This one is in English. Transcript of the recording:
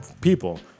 people